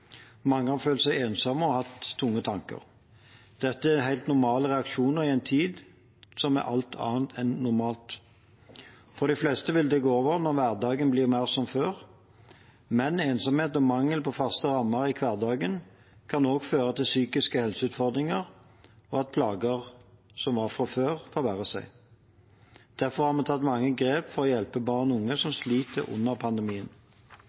Mange har følt seg ensomme og hatt tunge tanker. Dette er helt normale reaksjoner i en tid som er alt annet enn normal. For de fleste vil det gå over når hverdagen blir mer som før, men ensomhet og mangel på faste rammer i hverdagen kan også føre til psykiske helseutfordringer og at plager som var der fra før, forverrer seg. Derfor har vi tatt mange grep for å hjelpe barn og unge som sliter under pandemien.